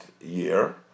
year